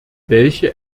welche